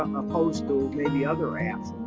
opposed to maybe other apps